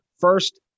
First